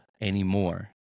anymore